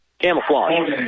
camouflage